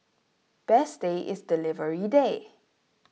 best day is delivery day